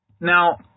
Now